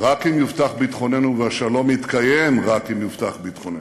רק אם יובטח ביטחוננו והשלום יתקיים רק אם יובטח ביטחוננו.